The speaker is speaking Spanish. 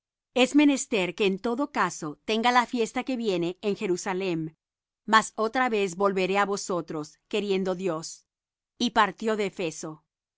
es menester que en todo caso tenga la fiesta que viene en jerusalem mas otra vez volveré á vosotros queriendo dios y partió de efeso y